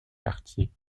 quartiers